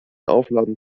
aufladen